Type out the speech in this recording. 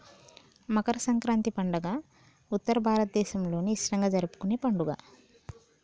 మకర సంక్రాతి పండుగ ఉత్తర భారతదేసంలో ఇష్టంగా జరుపుకునే పండుగ